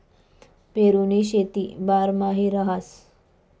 पेरुनी शेती बारमाही रहास